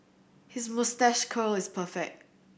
his moustache curl is perfect